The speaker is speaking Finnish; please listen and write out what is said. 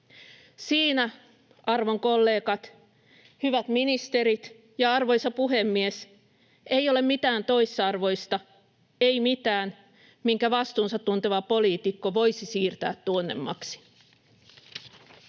Siinä, arvon kollegat, hyvät ministerit ja arvoisa puhemies, ei ole mitään toisarvoista, ei mitään, minkä vastuunsa tunteva poliitikko voisi siirtää tuonnemmaksi.